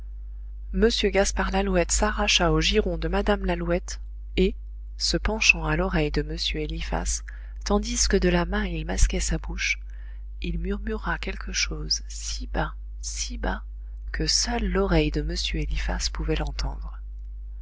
m gaspard lalouette s'arracha au giron de mme lalouette et se penchant à l'oreille de m eliphas tandis que de la main il masquait sa bouche il murmura quelque chose si bas si bas que seule l'oreille de m eliphas pouvait l'entendre